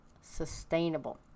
sustainable